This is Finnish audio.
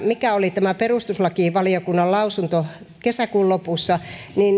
mikä oli tämä perustuslakivaliokunnan lausunto kesäkuun lopussa